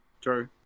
True